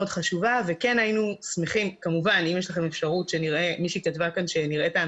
חשובה והיינו שמחים כמובן אם יש לכם אפשרות שנראה את ההנחיות